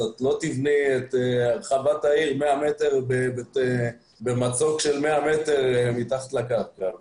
אז את לא תיבני את הרחבת העיר במצוק של 100 מטר מתחת לקרקע.